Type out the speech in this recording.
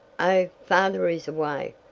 oh, father is away,